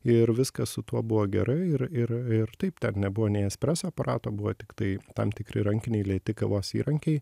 ir viskas su tuo buvo gerai ir ir ir taip ten nebuvo nei espreso aparato buvo tiktai tam tikri rankiniai lėti kavos įrankiai